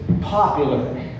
popular